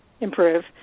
improve